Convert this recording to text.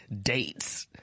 dates